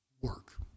work